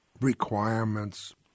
requirements